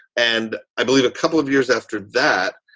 and i believe a couple of years after that,